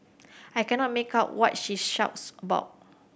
I cannot make out what she shouts about